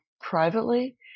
privately